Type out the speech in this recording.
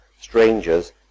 strangers